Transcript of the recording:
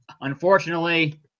Unfortunately